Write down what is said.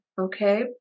okay